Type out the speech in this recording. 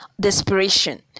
desperation